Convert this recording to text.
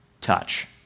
touch